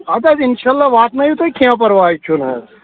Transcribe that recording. ہتہٕ حظ اِنشا اللہ واتنأیو تُہۍ کیٚنٛہہ پرواے چھُنہٕ حظ